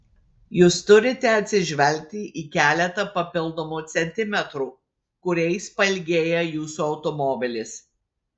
jūs turite atsižvelgti į keletą papildomų centimetrų kuriais pailgėja jūsų automobilis